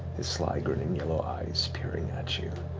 his sly grin and yellow eyes peering at you.